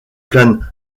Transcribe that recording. plane